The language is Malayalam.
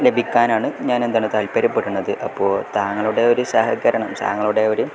ലഭിക്കാനാണ് ഞാൻ എന്താണ് താല്പര്യപ്പെടണത് അപ്പോൾ താങ്കളുടെ ഒരു സഹകരണം താങ്കങ്ങളുടെ ഒരു